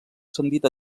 ascendit